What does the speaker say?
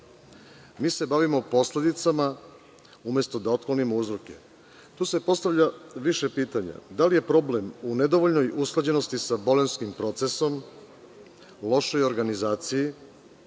Mi se bavimo posledicama, umesto da otklonimo uzroke. Tu se postavlja više pitanja. Da li je problem u nedovoljnoj usklađenosti sa Bolonjskim procesom, lošoj organizaciji